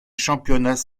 championnats